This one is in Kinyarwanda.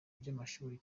by’amashuri